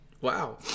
Wow